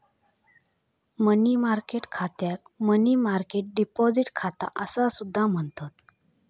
मनी market खात्याक money market deposit खाता असा सुद्धा म्हणतत